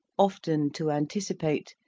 often to anticipate,